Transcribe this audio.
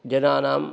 जनानां